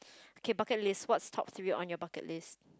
okay bucket list what's top three on your bucket list